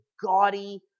gaudy